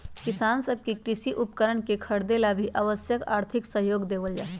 किसान सब के कृषि उपकरणवन के खरीदे ला भी आवश्यक आर्थिक सहयोग देवल जाहई